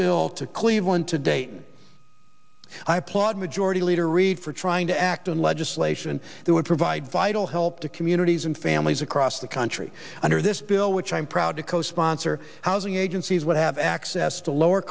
ville to cleveland today i applaud majority leader reid for trying to act on legislation that would provide vital help to communities and families across the country under this bill which i'm proud to co sponsor housing agencies would have access to lower